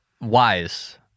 wise